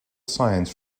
science